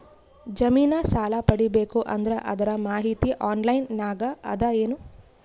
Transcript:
ಜಮಿನ ಸಾಲಾ ಪಡಿಬೇಕು ಅಂದ್ರ ಅದರ ಮಾಹಿತಿ ಆನ್ಲೈನ್ ನಾಗ ಅದ ಏನು?